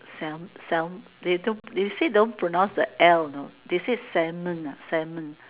Salm~ Salm~ they don't they say don't pronounce the L you know they say Salmon ah Salmon